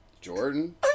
Jordan